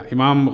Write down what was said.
Imam